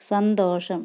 സന്തോഷം